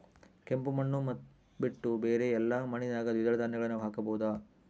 ಕೆಂಪು ಮಣ್ಣು ಬಿಟ್ಟು ಬೇರೆ ಎಲ್ಲಾ ಮಣ್ಣಿನಾಗ ದ್ವಿದಳ ಧಾನ್ಯಗಳನ್ನ ಹಾಕಬಹುದಾ?